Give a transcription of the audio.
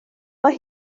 mae